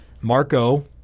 Marco